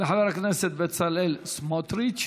לחבר הכנסת בצלאל סמוטריץ.